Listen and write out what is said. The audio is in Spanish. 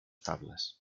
tablas